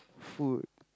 food